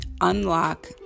unlock